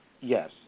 Yes